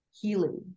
healing